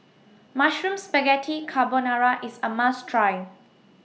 Mushroom Spaghetti Carbonara IS A must Try